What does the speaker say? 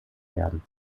werden